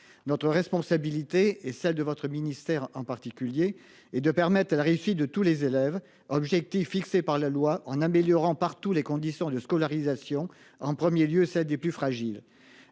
Notre responsabilité et celle de votre ministère en particulier et de permettre à la Russie de tous les élèves, objectif fixé par la loi en améliorant partout les conditions de scolarisation en 1er lieu celle des plus fragiles.